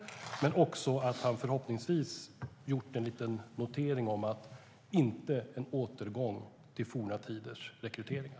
Jag hoppas också att han har gjort en liten notering om att vi inte vill ha en återgång till forna tiders rekryteringar.